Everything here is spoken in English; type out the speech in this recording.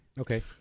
Okay